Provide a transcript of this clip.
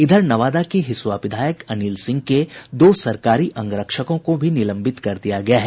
इधर नवादा के हिसुआ विधायक अनिल सिंह के दो सरकारी अंग रक्षकों को भी निलंबित कर दिया गया है